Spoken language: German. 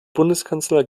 bundeskanzler